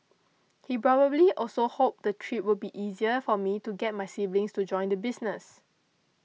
he probably also hoped the trip would be easier for me to get my siblings to join the business